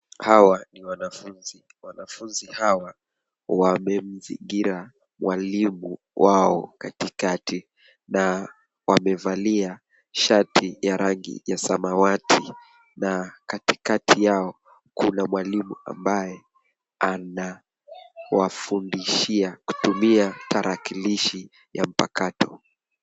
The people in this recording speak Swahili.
Hawa ni wanafunzi. Wanafunzi hawa wamemzingira mwalimu wao katikati na wamevalia shati ya rangi ya samawati. Na katikati yao, kuna mwalimu ambaye anawafundishia kutumia tarakilishi ya mpakato.